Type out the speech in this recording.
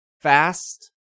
fast